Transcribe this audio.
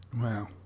Wow